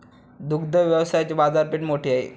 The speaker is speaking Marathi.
दुग्ध व्यवसायाची बाजारपेठ मोठी आहे